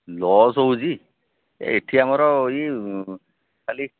loss ହେଉଛି ଏଠି ଆମର ଇ ଖାଲି